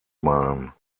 malen